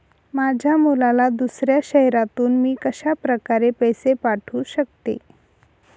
माझ्या मुलाला दुसऱ्या शहरातून मी कशाप्रकारे पैसे पाठवू शकते?